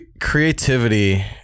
creativity